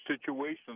situations